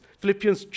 philippians